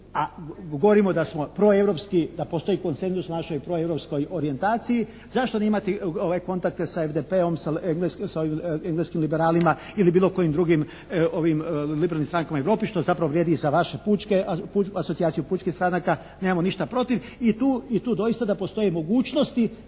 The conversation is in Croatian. proeuropski, da postoji konsenzus našoj proeuropskoj orijentaciji. Zašto ne imati kontakte sa FDP-om, sa engleskim liberalima ili bilo kojim drugim liberalnim strankama u Europi što zapravo vrijedi i za vaše pučke, pučku asocijaciju pučkih stranaka. Nemamo ništa protiv i tu doista da postoje mogućnosti